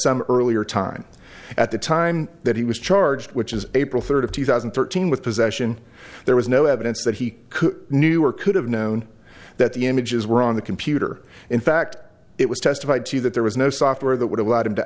some earlier time at the time that he was charged which is april third of two thousand and thirteen with possession there was no evidence that he could knew or could have known that the images were on the computer in fact it was testified to that there was no software that would allow them to